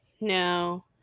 No